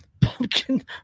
Pumpkin